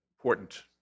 important